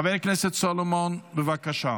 חבר הכנסת סולומון, בבקשה.